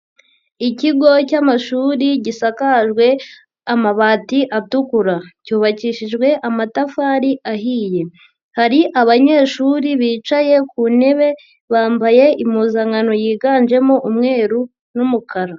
Ikigo cy'amashuri gisakajwe amabati atukura, cyubakishijwe amatafari ahiye. Hari abanyeshuri bicaye ku ntebe bambaye impuzankano yiganjemo umweru n'umukara.